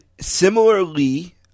similarly